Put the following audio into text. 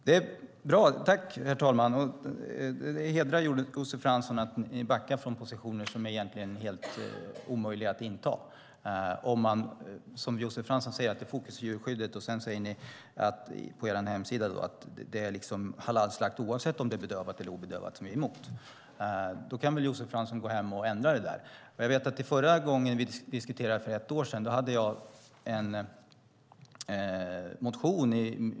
Herr talman! Det är bra. Det hedrar Josef Fransson att ni backar från positioner som egentligen är helt omöjliga att inta, om man som Josef Fransson säger att det är fokus på djurskyddet men ni sedan på er hemsida säger att ni är emot halalslakt oavsett om det är bedövat eller obedövat. Då kan väl Josef Fransson gå hem och ändra den formuleringen. Förra gången vi diskuterade, för ett år sedan, tog jag upp en motion.